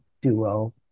duo